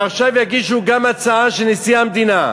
ועכשיו יגישו גם הצעה של נשיא המדינה.